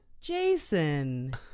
Jason